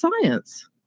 science